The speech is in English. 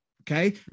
Okay